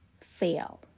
fail